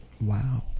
Wow